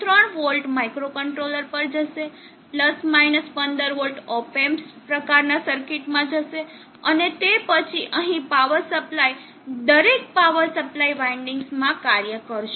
3 volt microcontroller પર જશે 15 volt op amps પ્રકારના સર્કિટમાં જશે અને તે પછી અહીં પાવર સપ્લાય દરેક પાવર સપ્લાય વાઈન્ડિંગ્સ માં કાર્ય કરશે